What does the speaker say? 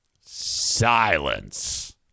Silence